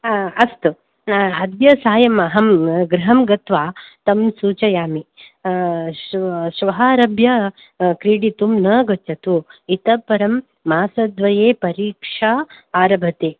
अस्तु अद्य सायं अहं गृहं गत्वा तं सूचयामि श्वः आरभ्य क्रीडितुं न गच्छतु इतःपरं मासद्वये परीक्षा आरभते